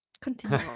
Continue